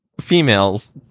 females